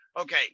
Okay